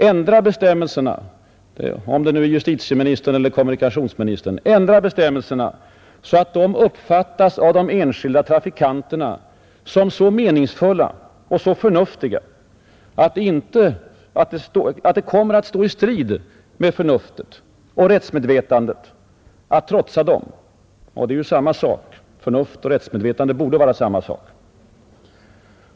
Ändra bestämmelserna — vare sig det åvilar justitieministern eller kommunikationsministern — på det sättet att de uppfattas av de enskilda trafikanterna som så meningsfulla och så förnuftiga att det inte kommer att stå i strid med förnuftet och rättsmedvetandet — som borde vara samma sak — att följa dem.